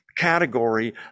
Category